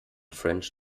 french